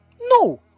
No